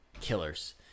killers